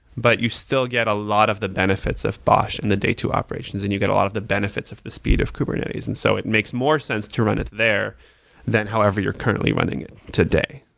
but you still get a lot of the benefits of bosh in the day two operations and you get a lot of the benefits of the speed of kubernetes, and so it makes more sense to run it there than however you're currently running it today.